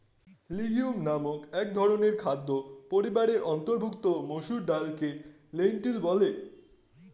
legume নামক একধরনের খাদ্য পরিবারের অন্তর্ভুক্ত মসুর ডালকে লেন্টিল বলে